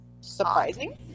...surprising